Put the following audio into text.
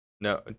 No